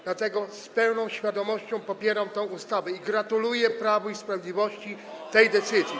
Dlatego z pełną świadomością popieram tę ustawę i gratuluję Prawu i Sprawiedliwości tej decyzji.